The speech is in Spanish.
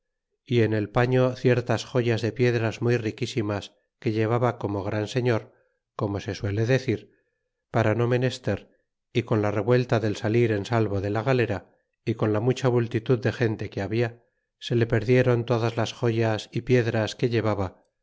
y en el paño ciertas joyas de piedras muy riquísimas que llevaba como gran señor como se suele decir para no menester y con la revuelta del salir en salvo de la galera y con la mucha multitul de gente que habia se le perdiéron todas las joyas y piedras que llevaba